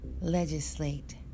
Legislate